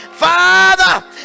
Father